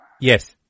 Yes